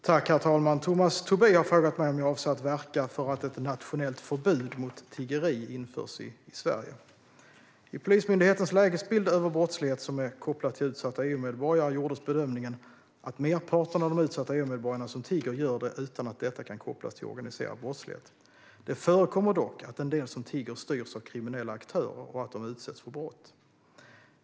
Herr talman! Tomas Tobé har frågat mig om jag avser att verka för att ett nationellt förbud mot tiggeri införs i Sverige. I Polismyndighetens lägesbild över brottslighet som är kopplad till utsatta EU-medborgare gjordes bedömningen att merparten av de utsatta EU-medborgarna som tigger gör det utan att detta kan kopplas till organiserad brottslighet. Det förekommer dock att en del som tigger styrs av kriminella aktörer och att de utsätts för brott.